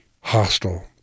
hostile